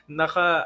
naka